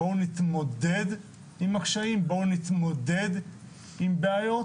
בואו נתמודד עם הקשיים, בואו נתמודד עם בעיות